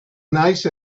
nice